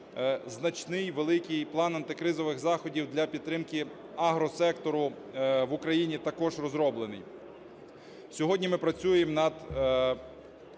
значний великий план антикризових заходів для підтримки агросектору в Україні також розроблений. Сьогодні ми працюємо над